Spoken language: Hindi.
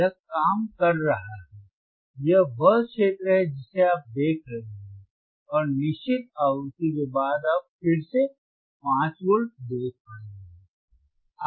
यह काम कर रहा है यह वह क्षेत्र है जिसे आप देख रहे हैं और निश्चित आवृत्ति के बाद आप फिर से 5 वोल्ट देख पाएंगे